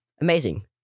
Amazing